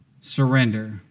surrender